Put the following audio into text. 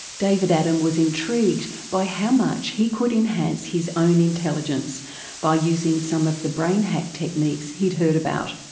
david adam was intrigued by how much he could enhance his own intelligence by using some of the brain hack techniques he'd heard about.